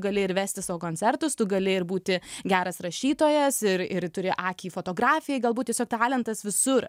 gali ir vesti sau koncertus tu gali ir būti geras rašytojas ir ir turi akį fotografijai galbūt tiesiog talentas visur